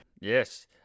Yes